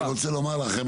אני רוצה לומר לכם,